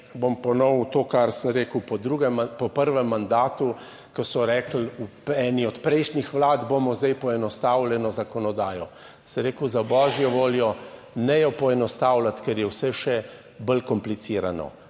bom ponovil to, kar sem rekel po drugem, po prvem mandatu, ko so rekli v eni od prejšnjih vlad, bomo zdaj poenostavljeno zakonodajo, sem rekel, za božjo voljo, ne jo poenostavljati, ker je vse še bolj komplicirano.